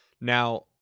Now